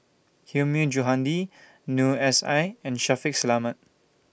Hilmi Johandi Noor S I and Shaffiq Selamat